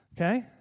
Okay